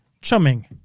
chumming